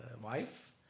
wife